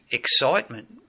excitement